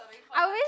I always